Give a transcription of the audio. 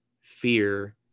fear